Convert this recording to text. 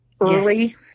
early